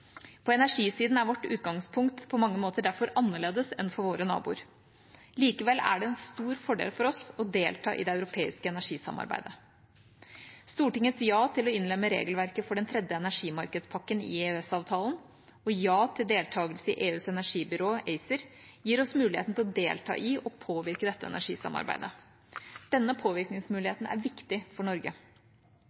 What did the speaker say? På energisiden er vårt utgangspunkt på mange måter derfor annerledes enn for våre naboer. Likevel er det en stor fordel for oss å delta i det europeiske energisamarbeidet. Stortingets ja til å innlemme regelverket for den tredje energimarkedspakken i EØS-avtalen og ja til deltakelse i EUs energibyrå, ACER, gir oss muligheten til å delta i og påvirke dette energisamarbeidet. Denne påvirkningsmuligheten er viktig for Norge.